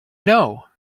know